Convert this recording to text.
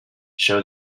show